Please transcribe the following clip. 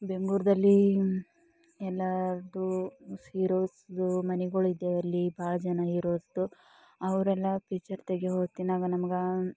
ಬೆಂಗ್ಳೂರಲ್ಲಿ ಎಲ್ರದ್ದು ಹೀರೋಸ್ದು ಮನೆಗಳು ಇದ್ದಾವಲ್ಲಿ ಬಹಳ ಜನ ಹೀರೋಸ್ದು ಅವರೆಲ್ಲ ಪಿಚ್ಚರ್ ತೆಗೆಯೋ ಹೊತ್ತಿನಾಗೆ ನಮಗೆ